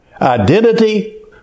Identity